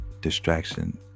distraction